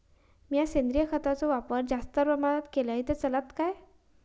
मीया सेंद्रिय खताचो वापर जास्त प्रमाणात केलय तर चलात काय?